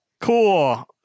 cool